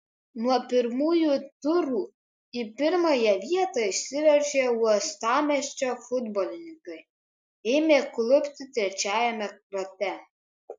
nuo pirmųjų turų į pirmąją vietą išsiveržę uostamiesčio futbolininkai ėmė klupti trečiajame rate